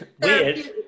Weird